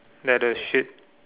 like the shit